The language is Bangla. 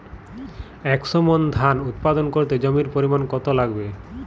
একশো মন ধান উৎপাদন করতে জমির পরিমাণ কত লাগবে?